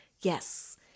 yes